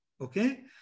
okay